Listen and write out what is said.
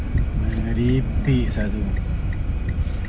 main repeat satu